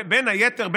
בין היתר,